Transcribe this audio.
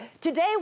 Today